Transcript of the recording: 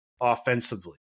offensively